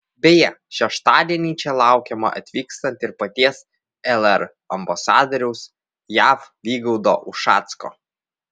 beje šeštadienį čia laukiamą atvykstant ir paties lr ambasadoriaus jav vygaudo ušacko